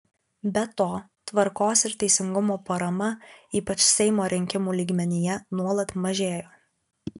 be to tvarkos ir teisingumo parama ypač seimo rinkimų lygmenyje nuolat mažėjo